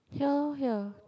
ya lor ya